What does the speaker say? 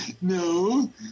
No